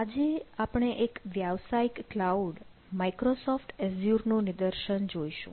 આજે આપણે એક વ્યાવસાયિક ક્લાઉડ માઇક્રોસોફ્ટ એઝ્યુર નું નિદર્શન જોઇશુ